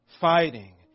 fighting